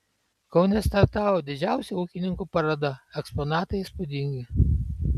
kaune startavo didžiausia ūkininkų paroda eksponatai įspūdingi